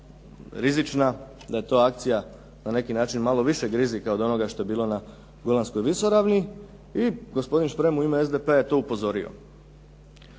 na neki način malo višeg rizika od onoga što je bilo na Golanskoj visoravni i gospodin Šprem u ime SDP-a je to upozorio.